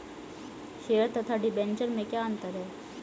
Share तथा debenture में क्या अंतर है?